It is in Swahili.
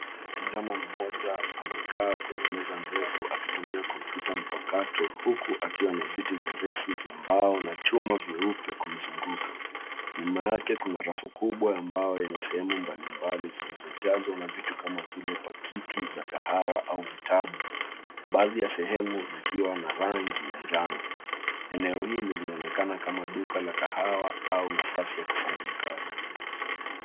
Kuna kijana mmoja amekaa kwenye meza ndefu akitumia kompyuta mpakato huku akiwa na viti virefu vya mbao na chuma vyeupe kumzunguka. Nyuma yake kuna rafu kubwa ya mbao yenye sehemu mbalimbali zilizojazwa na vitu kama vile pakiti za kahawa au vitabu. Baadhi ya sehemu zikiwa na rangi ya njano. Eneo hili linaonekana kama duka la kahawa au nafasi ya kufanyia kazi.